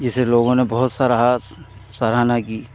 जिसे लोगों ने बहुत सराहा सराहना की